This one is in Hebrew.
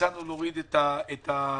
הצענו להוריד את התקן